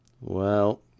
Well